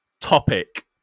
Topic